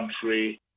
country